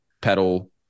pedal